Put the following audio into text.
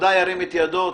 ירים את ידו.